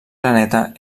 planeta